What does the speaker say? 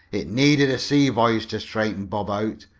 it needed a sea voyage to straighten bob out,